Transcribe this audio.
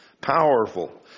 powerful